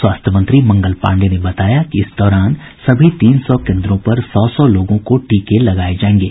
स्वास्थ्य मंत्री मंगल पाण्डे ने बताया कि इस दौरान सभी तीन सौ केन्द्रों पर सौ लोगों को टीके लगाये जायेंगे